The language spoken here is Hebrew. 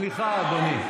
סליחה, אדוני.